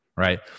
right